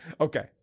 okay